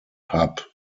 hub